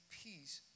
peace